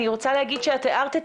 אני רוצה להגיד שאת הארת,